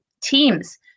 teams